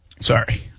Sorry